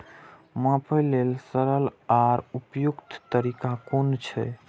मापे लेल सरल आर उपयुक्त तरीका कुन छै?